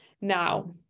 Now